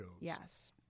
Yes